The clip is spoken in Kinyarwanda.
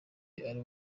ari